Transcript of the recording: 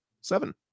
seven